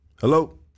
Hello